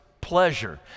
pleasure